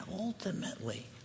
ultimately